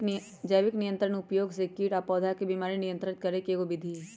जैविक नियंत्रण जैविक उपयोग से कीट आ पौधा के बीमारी नियंत्रित करे के एगो विधि हई